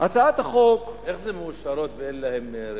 הכנסת חנין, איך זה מאושרות ואין להן שוק?